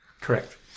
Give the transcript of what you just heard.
Correct